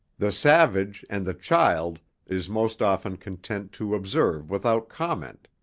the savage and the child is most often content to observe without comment,